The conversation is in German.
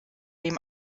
dem